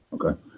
Okay